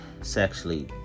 sexually